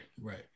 right